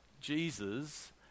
Jesus